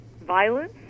violence